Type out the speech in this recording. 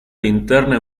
linterna